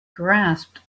grasped